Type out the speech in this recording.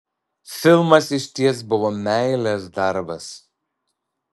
filmas išties buvo meilės darbas